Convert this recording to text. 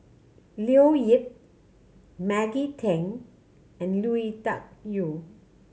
Leo Yip Maggie Teng and Lui Tuck Yew